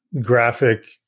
graphic